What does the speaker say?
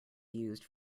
used